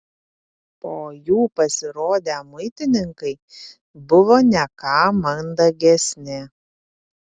po jų pasirodę muitininkai buvo ne ką mandagesni